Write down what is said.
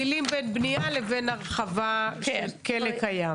אז אתם מבדילים בין בנייה לבין הרחבה של כלא קיים.